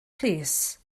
plîs